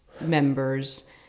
members